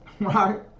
right